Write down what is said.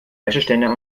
wäscheständer